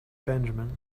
benjamin